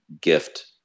gift